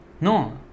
No